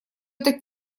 этот